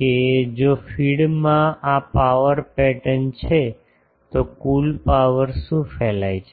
કે જો ફીડ માં આ પાવર પેટર્ન છે તો કુલ પાવર શું ફેલાય છે